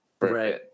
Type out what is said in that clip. Right